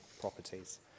properties